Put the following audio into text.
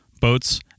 boats